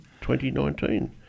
2019